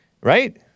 Right